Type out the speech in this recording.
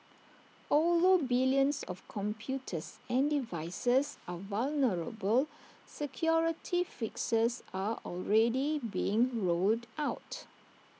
although billions of computers and devices are vulnerable security fixes are already being rolled out